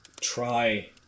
try